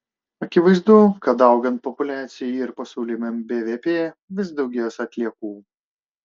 akivaizdu kad augant populiacijai ir pasauliniam bvp vis daugės atliekų